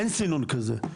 אין סינון כזה.